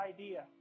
idea